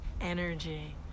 energy